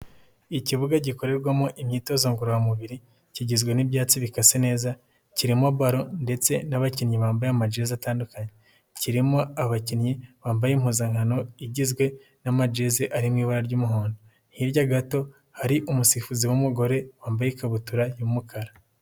Ikibuga gikorerwamo imyitozo ngororamubiri kigizwe n'ibyatsi bikase neza kirimo balo ndetse n'abakinnyi bambaye amajezi atandukanye, kirimo abakinnyi bambaye impuzankano igizwe n'amajezi ari mu ibara ry'umuhondo, hirya gato hari umusifuzi w'umugore wambaye ikabutura y'umukara.